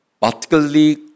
particularly